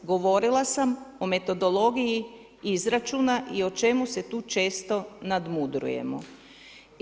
Govorila sam o metodologiji izračuna i o čemu se tu često nadmudrujemo.